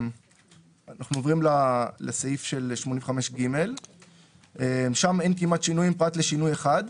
אנחנו עוברים לסעיף של 85ג. שם אין כמעט שינויים פרט לשינוי אחד.